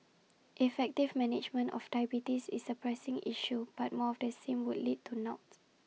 effective management of diabetes is A pressing issue but more of the same would lead to naught